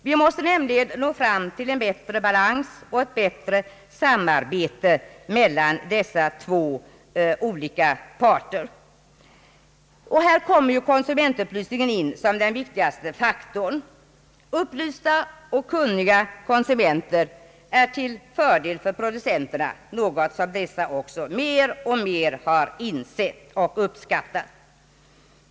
Vi måste nämligen nå fram till en bättre balans och ett bättre samarbete mellan dessa två olika parter. Och här kommer <konsumentupplysningen in som den viktigaste faktorn. Upplysta och kunniga konsumenter är till fördel för producenterna, något som dessa också mer och mer har insett och uppskattar.